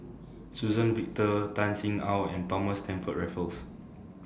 Suzann Victor Tan Sin Aun and Thomas Stamford Raffles